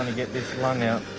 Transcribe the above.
and get this lung out